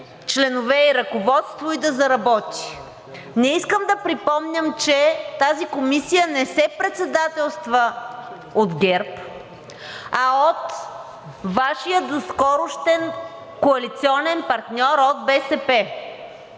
членове и ръководство и да заработи. Не искам да припомням, че тази комисия не се председателства от ГЕРБ, а от Вашия доскорошен коалиционен партньор от БСП.